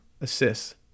assists